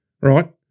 right